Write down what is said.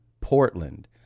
Portland